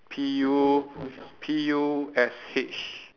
P U P U S H